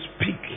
speak